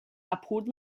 apud